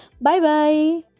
Bye-bye